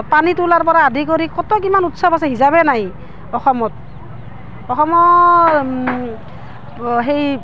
পানী তোলাৰপৰা আদি কৰি কত কিমান উৎসৱ আছে হিচাপেই নাই অসমত অসমৰ সেই